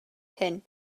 cyn